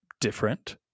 different